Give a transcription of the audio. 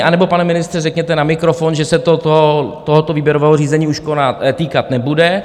Anebo, pane ministře, řekněte na mikrofon, že se to tohoto výběrového řízení už týkat nebude.